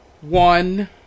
one